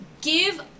Give